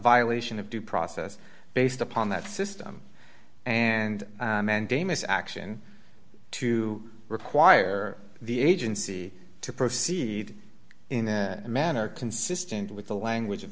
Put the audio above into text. violation of due process based upon that system and mandamus action to require the agency to proceed in a manner consistent with the language